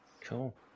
Cool